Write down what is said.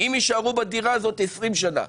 אם יישארו בדירה הזאת 20 שנה.